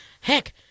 Heck